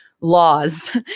laws